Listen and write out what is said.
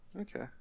Okay